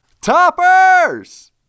toppers